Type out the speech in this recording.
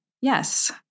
Yes